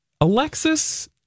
Alexis